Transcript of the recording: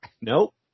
nope